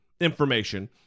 information